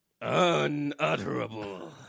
unutterable